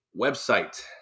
website